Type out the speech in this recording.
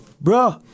Bro